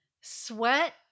Sweat